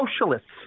socialists